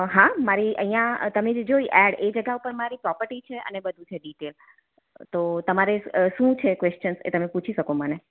હા મારી અહીંયા તમે જે જોઈ એડ એ જગા ઉપર મારી પ્રોપર્ટી છે અને બધું છે ડિટેલ તો તમારે શું છે ક્વેશ્ચન્સ એ તમે પૂછી શકો મને